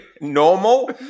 normal